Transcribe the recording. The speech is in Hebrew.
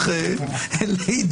הורה אומר